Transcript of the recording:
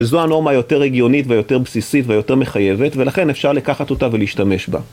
זו הנורמה יותר הגיונית, ויותר בסיסית, ויותר מחייבת, ולכן אפשר לקחת אותה ולהשתמש בה.